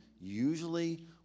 usually